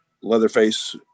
Leatherface